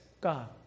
God